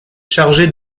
chargée